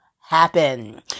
happen